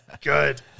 Good